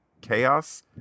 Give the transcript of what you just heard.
Chaos